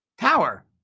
tower